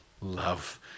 love